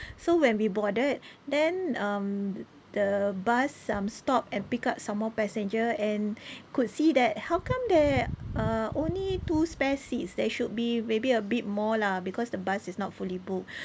so when we boarded then um the bus um stop and pick up some more passenger and could see that how come there are only two spare seats there should be maybe a bit more lah because the bus is not fully booked